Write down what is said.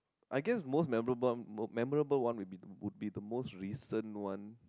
I guess most memorable memorable one memorable one would be the most recent one